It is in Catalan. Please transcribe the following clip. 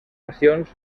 passions